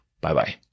Bye-bye